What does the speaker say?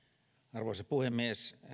arvoisa puhemies